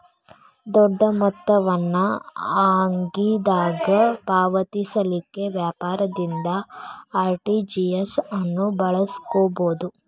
ದೊಡ್ಡ ಮೊತ್ತ ವನ್ನ ಆಗಿಂದಾಗ ಪಾವತಿಸಲಿಕ್ಕೆ ವ್ಯಾಪಾರದಿಂದ ಆರ್.ಟಿ.ಜಿ.ಎಸ್ ಅನ್ನು ಬಳಸ್ಕೊಬೊದು